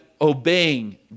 obeying